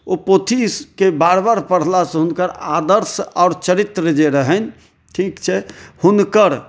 ओहि पोथीके बार बार पढ़लासँ हुनकर आदर्श आओर चरित्र जे रहनि ठीक छै हुनकर